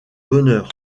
bonheur